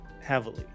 heavily